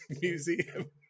Museum